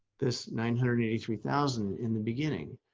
this nine hundred and eighty three thousand in the beginning,